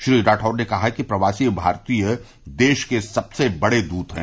श्री राठौड़ ने कहा कि प्रवासी भारतीय देश के सबसे बड़े दूत हैं